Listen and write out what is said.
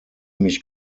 mich